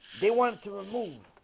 they want to remove